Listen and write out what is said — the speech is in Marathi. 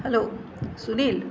हॅलो सुनील